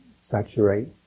saturate